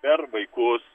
per vaikus